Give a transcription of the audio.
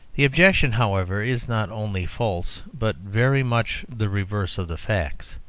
the objection, however, is not only false, but very much the reverse of the facts.